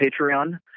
Patreon